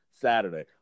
Saturday